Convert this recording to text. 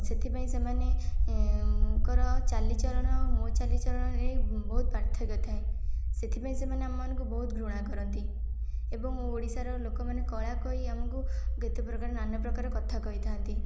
ସେଥିପାଇଁ ସେମାନଙ୍କର ଚାଲିଚଳନ ମୋ ଚାଲିଚଳନରେ ବହୁତ ପାର୍ଥକ୍ୟ ଥାଏ ସେଥିପାଇଁ ସେମାନେ ଆମମାନଙ୍କୁ ବହୁତ ଘୃଣା କରନ୍ତି ଏବଂ ଓଡ଼ିଶାର ଲୋକମାନେ କଳା କହି ଆମକୁ କେତେ ପ୍ରକାର ନାନା ପ୍ରକାର କଥା କହିଥାନ୍ତି